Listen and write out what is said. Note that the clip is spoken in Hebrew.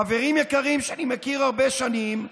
חברים יקרים שאני מכיר הרבה שנים,